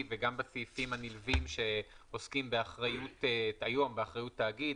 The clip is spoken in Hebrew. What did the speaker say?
וגם בסעיפים הנלווים שעוסקים היום באחריות תאגיד,